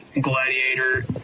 Gladiator